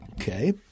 Okay